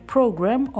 Program